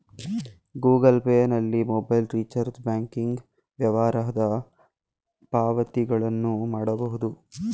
Google Pay ನಲ್ಲಿ mobile recharge, banking ವ್ಯವಹಾರದ ಪಾವತಿಗಳನ್ನು ಮಾಡಬೋದು